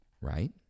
Right